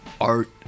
art